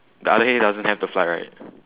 the other hay doesn't have the fly right